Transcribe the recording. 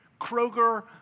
Kroger